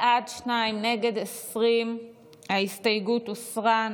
בעד, שניים, נגד, 20. ההסתייגות הוסרה.